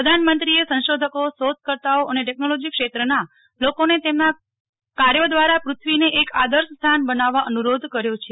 પ્રધાન મંત્રીએ સંશોધકો શોધકર્તાઓ અને ટેક્નોલૉજી ક્ષેત્રના લોકોને તેમના કર્યો દ્વારા પૃથ્વીને એક આદર્શ સ્થાન બનાવવા અનુરોધ કર્યો છે